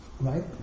Right